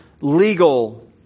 legal